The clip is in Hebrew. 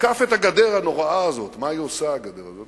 שתקף את הגדר הנוראה הזאת, מה היא עושה הגדר הזאת.